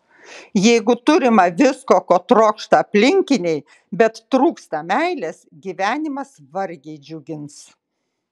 jeigu turima visko ko trokšta aplinkiniai bet trūksta meilės gyvenimas vargiai džiugins